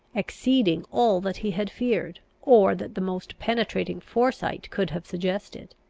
exceeding all that he had feared, or that the most penetrating foresight could have suggested.